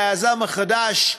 היזם החדש,